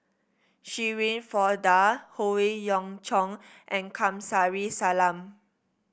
Shirin Fozdar Howe Yoon Chong and Kamsari Salam